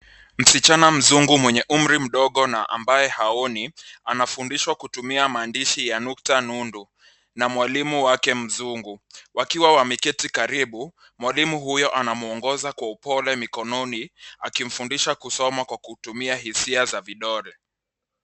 Msichana mzungu mwenye umri ndogo na ambaye haoni, anafundishwa kutumia maandishi ya nukta nundu na mwalimu wake mzungu, wakiwa wameketi karibu. Mwalimu huyo anamwongoza kwa upole mikononi, akimfundisha kusoma kwa kutumia hisia za vidole.